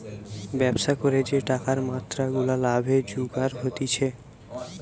ব্যবসা করে যে টাকার মাত্রা গুলা লাভে জুগার হতিছে